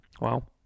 Wow